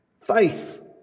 Faith